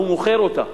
הוא מוכר אותה.